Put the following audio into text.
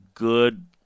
Good